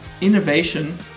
innovation